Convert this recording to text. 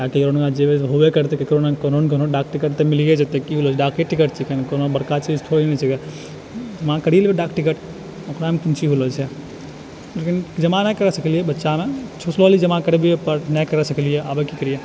आओर ककरो कोनो ने कोनो डाक टिकट तऽ मिलिए जेतै कोनो बड़का चीज थोड़े नहि छै जमा करि लेबै डाकटिकट ओकरामे कोन चीज होलो छै लेकिन जमा नहि करै सकलियै जामे सोचले रहलियैपर नहि करै सकलियै आगे की करियै